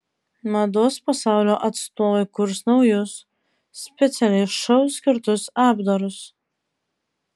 mados pasaulio atstovai kurs naujus specialiai šou skirtus apdarus